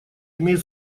имеет